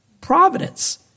providence